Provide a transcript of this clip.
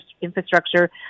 infrastructure